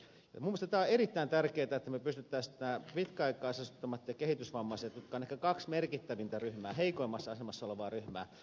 minun mielestäni tämä on erittäin tärkeätä että me pystyisimme näiden pitkäaikaisasunnottomien ja kehitysvammaisten jotka ovat ehkä kaksi merkittävintä ryhmää heikoimmassa asemassa olevaa ryhmää